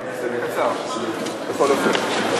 אני אעשה את זה קצר, בכל אופן.